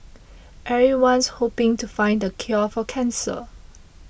everyone's hoping to find the cure for cancer